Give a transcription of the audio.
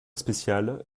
spéciale